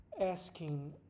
asking